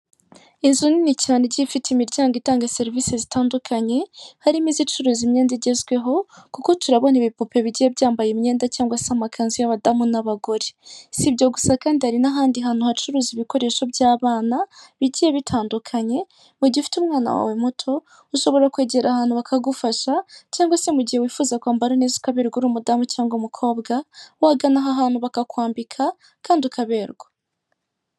Inzu nini cyane igiye ifite imiryango itanga serivisi zitandukanye, harimo izicuruza imyenda igezweho, kuko turabona ibipupe bigiye byambaye imyenda cyangwa se amakanzu y'abadamu n'abagore, si ibyo gusa kandi hari n'ahandi hantu hacuruza ibikoresho by'abana bigiye bitandukanye, mu gihe ufite umwana wawe muto ushobora kwegera aha hantu bakagufasha, cyangwa se mu gihe wifuza kwambara neza ukaberwa uri umudamu cyangwa umukobwa, wagana aha hantu bakakwambika kandi ukaberwa.